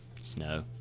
Snow